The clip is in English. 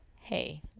hey